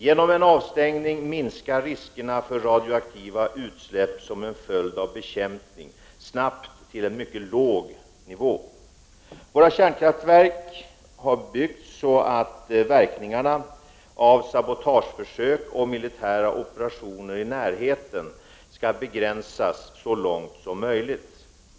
Genom en avstängning minskar riskerna för radioaktiva utsläpp som en följd av bekämpning snabbt till en mycket låg nivå. Våra kärnkraftverk har byggts så att verkningarna av sabotageförsök och militära operationer i närheten skall begränsas så långt som möjligt.